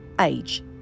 age